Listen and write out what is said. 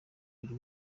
buri